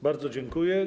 Bardzo dziękuję.